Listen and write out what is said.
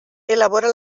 elabora